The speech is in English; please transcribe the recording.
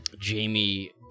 Jamie